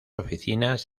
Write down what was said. oficinas